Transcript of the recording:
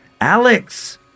Alex